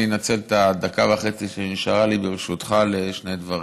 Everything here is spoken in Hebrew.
אנצל את הדקה וחצי שנשארה לי, ברשותך, לשני דברים.